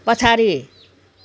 पछाडि